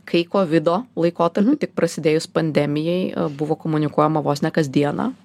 kai kovido laikotarpiu tik prasidėjus pandemijai buvo komunikuojama vos ne kasdieną